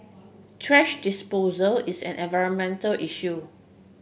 thrash disposal is an environmental issue